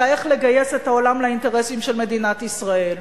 אלא איך לגייס את העולם לאינטרסים של מדינת ישראל.